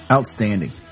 Outstanding